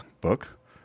book